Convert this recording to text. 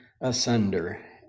asunder